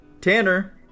Tanner